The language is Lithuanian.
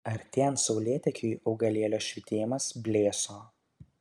artėjant saulėtekiui augalėlio švytėjimas blėso